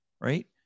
right